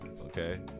okay